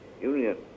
Union